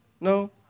no